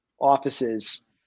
offices